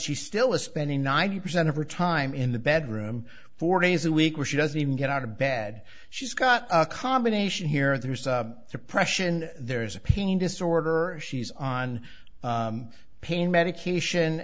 she still is spending ninety percent of her time in the bedroom four days a week where she doesn't even get out of bed she's got a combination here there's a depression there is a pain disorder she's on pain medication